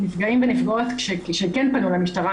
נפגעים ונפגעות שכן פנו למשטרה,